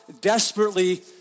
desperately